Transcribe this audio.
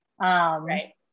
right